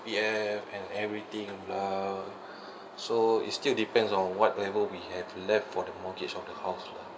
and everything lah so it's still depends on what level we have left for the mortgage of the house lah